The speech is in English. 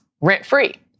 rent-free